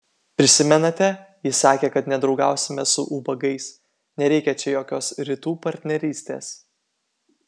prisimenate ji sakė kad nedraugausime su ubagais nereikia čia jokios rytų partnerystės